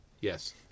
Yes